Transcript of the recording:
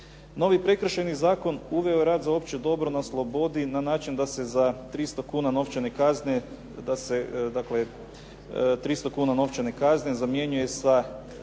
Novi Prekršajni zakon uveo je rad za opće dobro na slobodi na način da se za 300 kuna novčane kazne, da se dakle